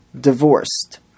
divorced